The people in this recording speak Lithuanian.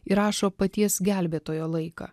įrašo paties gelbėtojo laiką